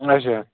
اَچھا